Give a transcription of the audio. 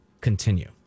continue